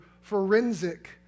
forensic